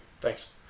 Thanks